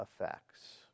effects